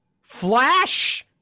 Flash